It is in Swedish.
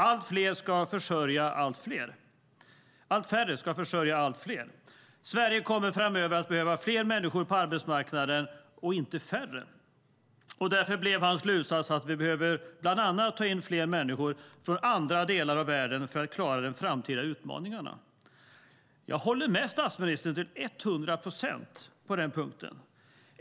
Allt färre ska försörja allt fler. Sverige kommer framöver att behöva fler människor på arbetsmarknaden och inte färre. Därför blev Fredrik Reinfeldts slutsats att vi bland annat behöver ta in fler människor från andra delar av världen för att klara de framtida utmaningarna. Jag håller med statsministern till 100 procent på den punkten.